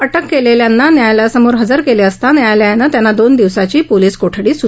अटक केलेल्या आरोपींना न्यायालयासमोर हजर केले असता न्यायालयानं त्यांना दोन दिवसांची पोलीस कोठडी सुनावली